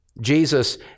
jesus